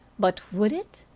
but would it?